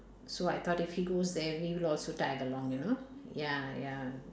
so I thought if he goes there we will also tag along you know ya ya